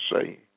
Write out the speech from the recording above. say